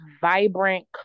vibrant